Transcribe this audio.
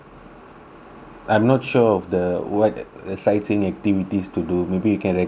I'm not sure of the what exciting activities to do maybe you can recommend me few